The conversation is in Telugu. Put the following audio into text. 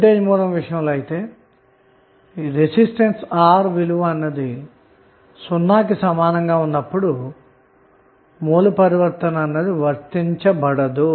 వోల్టేజ్ సోర్స్ విషయంలో అయితే రెసిస్టెన్స్ R యొక్క విలువ 0 కి సమానంగా ఉన్నప్పుడు సోర్స్ ట్రాన్సఫార్మషన్ వర్తించబడదు